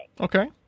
Okay